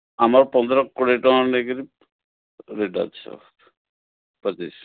ଆମର ପନ୍ଦର କୋଡ଼ିଏ ଟଙ୍କାରୁ ନେଇକରି ରେଟ୍ ଅଛି ଆଉ ପଚିଶ